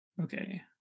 Okay